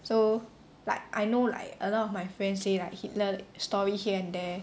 so like I know like a lot of my friends say like Hitler story here and there